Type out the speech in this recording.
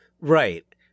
Right